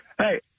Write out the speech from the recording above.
Hey